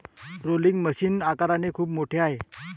rolling machine आकाराने खूप मोठे आहे